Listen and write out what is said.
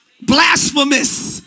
Blasphemous